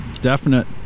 definite